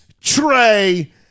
Trey